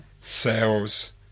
sales